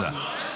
תודה.